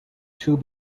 two